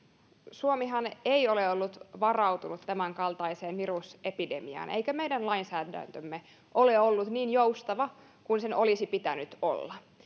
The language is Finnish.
suomihan ei ole ollut varautunut tämänkaltaiseen virusepidemiaan eikä meidän lainsäädäntömme ole ollut niin joustava kuin sen olisi pitänyt olla